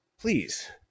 please